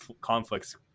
conflicts